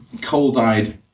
cold-eyed